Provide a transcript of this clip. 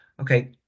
Okay